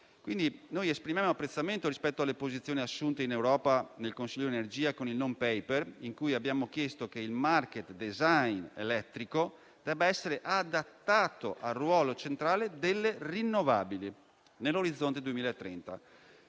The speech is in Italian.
esprimiamo apprezzamento rispetto alle posizioni assunte in Europa, nel Consiglio energia, con il "non-paper", in cui abbiamo chiesto che il *market design* elettrico sia adattato al ruolo centrale delle energie da fonti rinnovabili nell'orizzonte 2030.